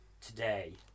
today